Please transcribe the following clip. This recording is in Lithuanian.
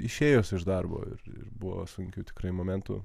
išėjus iš darbo ir buvo sunkių tikrai momentų